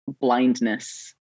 blindness